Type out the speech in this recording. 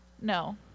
No